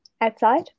outside